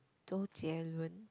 Zhou Jie Lun